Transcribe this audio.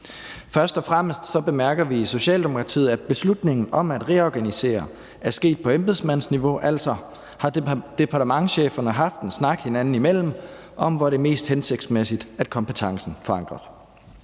Først og fremmest bemærker vi i Socialdemokratiet, at beslutningen om at reorganisere er sket på embedsmandsniveau, altså har departementschefernehaft en snak hinanden imellem om, hvor det er mest hensigtsmæssigt, at kompetencen forankres.